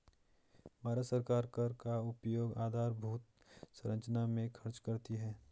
भारत सरकार कर का उपयोग आधारभूत संरचना में खर्च करती है